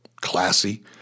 classy